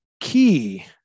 key